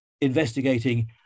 investigating